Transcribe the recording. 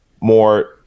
more